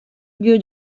lieu